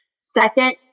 Second